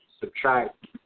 subtract